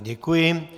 Děkuji.